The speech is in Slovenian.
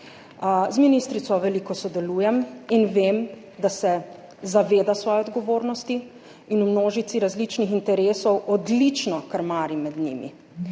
Z ministrico veliko sodelujem in vem, da se zaveda svoje odgovornosti in v množici različnih interesov odlično krmari med njimi,